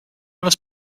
must